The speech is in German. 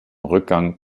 rückgang